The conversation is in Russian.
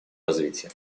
развития